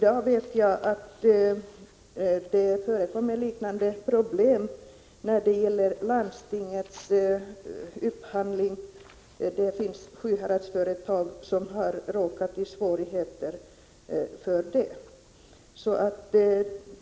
Jag vet att det förekommer liknande problem i dag när det gäller landstingets upphandling. Det finns Sjuhäradsföretag som av den anledningen har råkat i svårigheter.